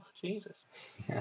Jesus